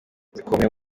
zikomeye